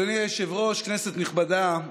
אדוני היושב-ראש, כנסת נכבדה,